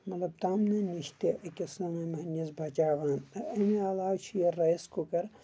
مطلب تَمنہِ نِش تہِ أکِس زَنان موہنِوِس بَچاوان اَمہِ علاوٕ چھُ یہِ رَیِس کُکر